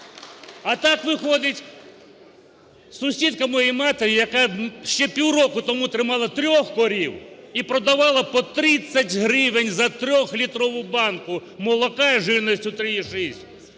А так виходить… Сусідка моєї матері, яка ще півроку тому тримала 3 корів і продавала по 30 гривень за трьохлітрову банку молока із жирністю 3,6,